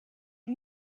you